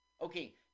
Okay